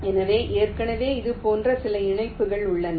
எனவே ஏற்கனவே இது போன்ற சில இணைப்புகள் உள்ளன